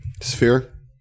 Sphere